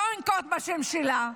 לא אנקוב בשם שלה,